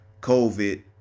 COVID